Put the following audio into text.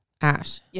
Ash